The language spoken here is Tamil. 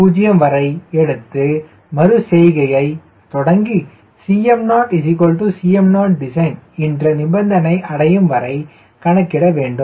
0 வரை எடுத்து மறு செய்கையை தொடங்கி Cm0Cm0 design என்ற நிபந்தனை அடையும் வரை கணக்கிட வேண்டும்